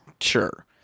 sure